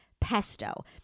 pesto